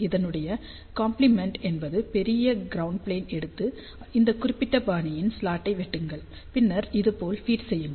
இதனுடைய காம்ப்ளிமெண்ட் என்பது பெரிய க்ரௌண்ட் ப்ளேன் எடுத்து இந்த குறிப்பிட்ட பாணியின் ஸ்லாட்டை வெட்டுங்கள் பின்னர் இது போல் ஃபீட் செய்யுங்கள்